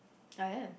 I am